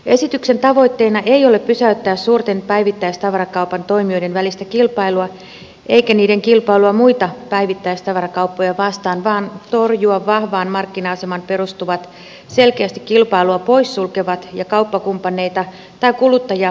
esityksen tavoitteena ei ole pysäyttää suurten päivittäistavarakaupan toimijoiden välistä kilpailua eikä niiden kilpailua muita päivittäistavarakauppoja vastaan vaan torjua vahvaan markkina asemaan perustuvat selkeästi kilpailua poissulkevat ja kauppakumppaneita tai kuluttajia hyväksikäyttävät menettelyt